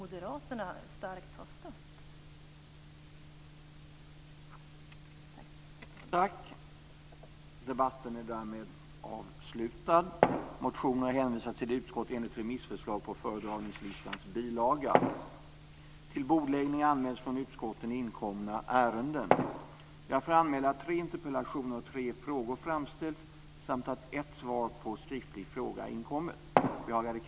Moderaterna starkt har stött.